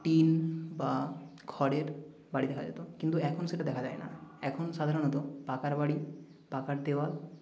tin বা খড়ের বাড়ি দেখা যেতো কিন্তু এখন সেটা দেখা যায় না এখন সাধারণত পাকার বাড়ি পাকার দেওয়াল